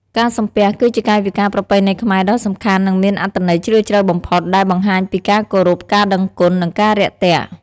ការសំពះ គឺជាកាយវិការប្រពៃណីខ្មែរដ៏សំខាន់ និងមានអត្ថន័យជ្រាលជ្រៅបំផុត ដែលបង្ហាញពីការគោរព ការដឹងគុណ និងការរាក់ទាក់។